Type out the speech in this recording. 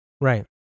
Right